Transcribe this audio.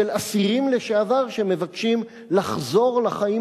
של אסירים לשעבר שמבקשים לחזור לחיים